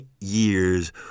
years